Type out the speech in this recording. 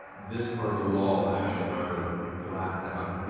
this part of the wall actually, however, blasts out